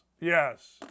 yes